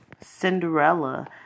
Cinderella